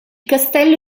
castello